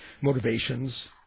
motivations